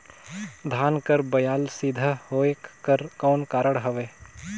धान कर बायल सीधा होयक कर कौन कारण हवे?